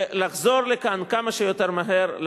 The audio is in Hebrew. ולחזור כמה שיותר מהר לכאן,